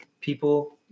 people